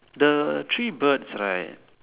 the three birds right